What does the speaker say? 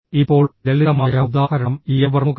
ഇപ്പോൾ ലളിതമായ ഉദാഹരണം ഇയർവർമ്മുകളാണ്